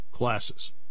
classes